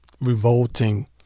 revolting